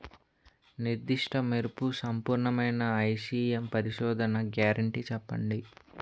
నిర్దిష్ట మెరుపు సంపూర్ణమైన ఐ.పీ.ఎం పరిశోధన గ్యారంటీ చెప్పండి?